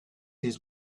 his